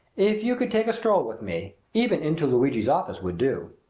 if you could take a stroll with me even into luigi's office would do.